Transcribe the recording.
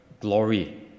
glory